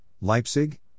Leipzig